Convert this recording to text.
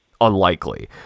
unlikely